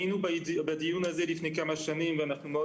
היינו בדיון הזה לפני כמה שנים ואנחנו מאוד